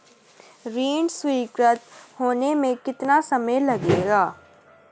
ऋण स्वीकृत होने में कितना समय लगेगा?